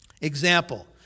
Example